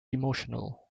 emotional